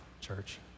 church